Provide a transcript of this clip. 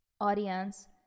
audience